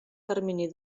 termini